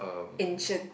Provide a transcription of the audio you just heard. ancient